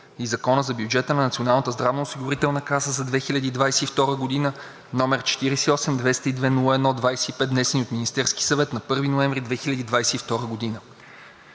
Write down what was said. и Закона за бюджета на Националната здравноосигурителна каса за 2022 г., № 48-202-01-25, внесен от Министерския съвет на 1 ноември 2022 г.